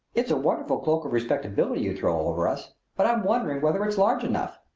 it's a wonderful cloak of respectability you'd throw over us but i'm wondering whether it's large enough!